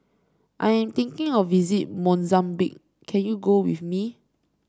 I am thinking of visiting Mozambique can you go with me